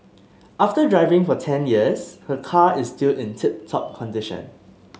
after driving for ten years her car is still in tip top condition